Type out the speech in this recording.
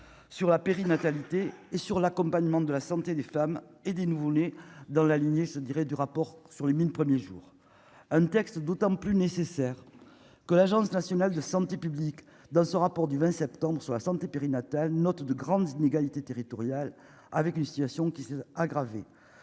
sur la périnatalité et sur l'accompagnement de la santé des femmes et des nouveau-nés dans la lignée se dirait du rapport sur les 1000 premiers jours un texte d'autant plus nécessaire que l'Agence nationale de santé publique dans ce rapport du 20 septembre sur la santé périnatale note de grandes inégalités territoriales avec une situation qui s'est aggravée